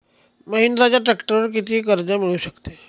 महिंद्राच्या ट्रॅक्टरवर किती कर्ज मिळू शकते?